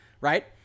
right